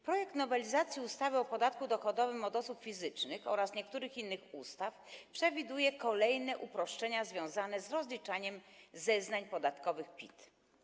Projekt nowelizacji ustawy o podatku dochodowym od osób fizycznych oraz niektórych innych ustaw przewiduje kolejne uproszczenia związane z rozliczaniem zeznań podatkowych PIT.